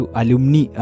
alumni